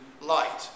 light